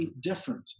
different